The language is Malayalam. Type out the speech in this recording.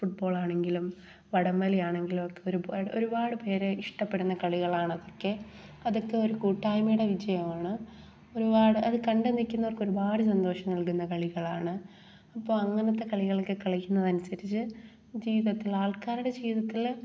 ഫുട് ബോൾ ആണെങ്കിലും വടംവലി ആണെ ങ്കലും ഒക്കെ ഒരുപാട് ഒരുപാട് പേരെ ഇഷ്ടപ്പെടുന്ന കളികളാണ് അതൊക്കെ അതൊക്കെ ഒരു കൂട്ടായ്മയുടെ വിജയമാണ് ഒരുപാട് അത് കണ്ടു നിൽക്കുന്നവർക്ക് ഒരുപാട് സന്തോഷം നൽകുന്ന കളികളാണ് ഇപ്പം അങ്ങനത്തെ കളികൾ ഒക്കെ കളിക്കുന്നത് അനുസരിച്ച് ജീവിതത്തിൽ ആൾക്കാരുടെ ജീവിതത്തിൽ